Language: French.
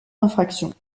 infraction